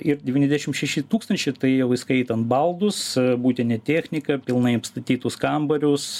ir devyniasdešim šeši tūkstančiai tai jau įskaitant baldus buitinę techniką pilnai apstatytus kambarius